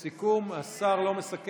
לא צריך, השר לא מסכם?